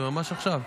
זה ממש עכשיו.